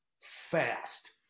fast